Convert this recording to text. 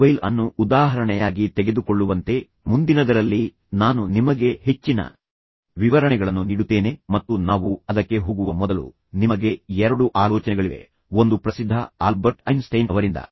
mobile ಅನ್ನು ಉದಾಹರಣೆಯಾಗಿ ತೆಗೆದುಕೊಳ್ಳುವಂತೆ ಮುಂದಿನದರಲ್ಲಿ ನಾನು ನಿಮಗೆ ಹೆಚ್ಚಿನ ವಿವರಣೆಗಳನ್ನು ನೀಡುತ್ತೇನೆ ಮತ್ತು ನಾವು ಅದಕ್ಕೆ ಹೋಗುವ ಮೊದಲು ನಿಮಗೆ ಎರಡು ಆಲೋಚನೆಗಳಿವೆ ಒಂದು ಪ್ರಸಿದ್ಧ ಆಲ್ಬರ್ಟ್ ಐನ್ಸ್ಟೈನ್ ಅವರಿಂದ